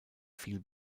viel